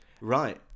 Right